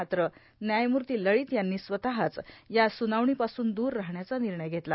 मात्र व्यायमूर्ती लळित यांनी स्वतःच या सुनावणीपासून दूर राहण्याचा निर्णय घेतला